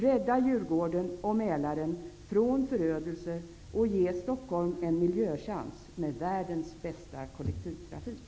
Rädda Djurgården och Mälaren från förödelse och ge Stockholm en miljöchans med världens bästa kollektivtrafik.